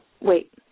wait